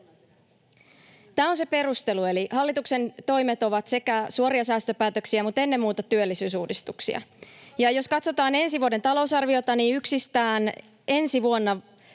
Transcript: Tämä on se perustelu. Eli hallituksen toimet ovat sekä suoria säästöpäätöksiä että ennen muuta työllisyysuudistuksia. Jos katsotaan ensi vuoden talousarviota, niin yksistään ensi vuonna